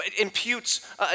imputes